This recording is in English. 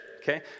okay